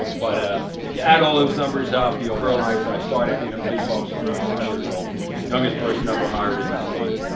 but ah if you add all those numbers up, you'll realize that i started being a police officer when i was six years old youngest person ever hired in the state.